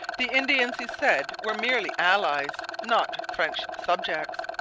the indians, he said, were merely allies, not french subjects,